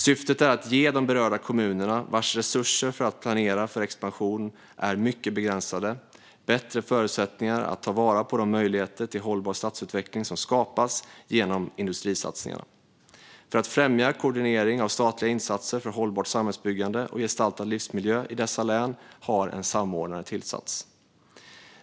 Syftet är att ge de berörda kommunerna, vars resurser för att planera för expansion är mycket begränsade, bättre förutsättningar att ta vara på de möjligheter till hållbar stadsutveckling som skapas genom industrisatsningarna. För att främja koordinering av statliga insatser för hållbart samhällsbyggande och gestaltad livsmiljö i dessa län har en samordnare tillsatts.